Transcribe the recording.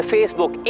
Facebook